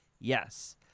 yes